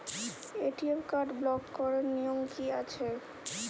ATM card block করার নিয়ম কি আছে?